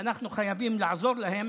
ואנחנו חייבים לעזור להם